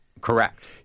Correct